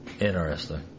Interesting